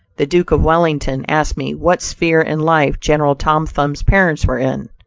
the duke of wellington asked me what sphere in life general tom thumb's parents were in.